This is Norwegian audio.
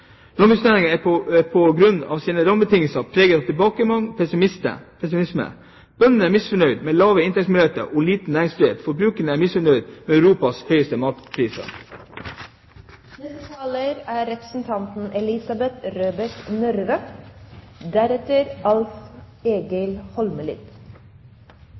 er på grunn av sine rammebetingelser preget av tilbakegang og pessimisme. Bøndene er misfornøyd med lave inntektsmuligheter og liten næringsfrihet, og forbrukerne er misfornøyd med Europas høyeste